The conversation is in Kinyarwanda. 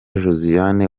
josiane